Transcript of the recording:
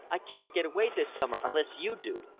i can't get away this summer unless you do.